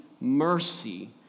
mercy